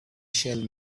shall